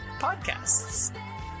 podcasts